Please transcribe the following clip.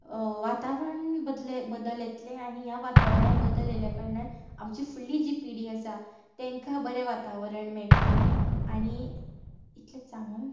वातावरण बदले बदल येतले आनी ह्या वातावरणांत बदल आयिल्ल्या कारणान आमची फुडली जी पिळगी आसा तांकां बरें वातावरण मेळटलें आनी इतलेंच सांगूं